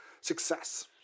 success